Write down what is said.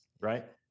right